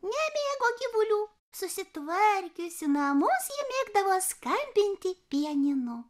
nemėgo gyvulių susitvarkiusi namus ji mėgdavo skambinti pianinu